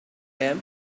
them